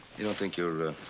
you don't think you're, ah.